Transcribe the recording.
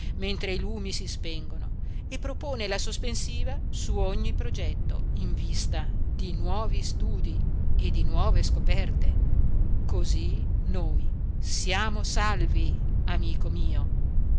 mentre i lumi si spengono e propone la sospensiva su ogni progetto in vista di nuovi studii e di nuove scoperte cosí noi siamo salvi amico mio